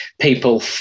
people